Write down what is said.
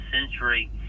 century